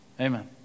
Amen